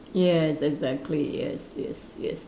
yes exactly yes yes yes